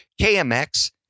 KMX